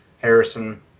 Harrison